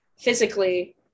physically